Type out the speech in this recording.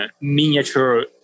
miniature